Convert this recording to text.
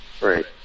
Right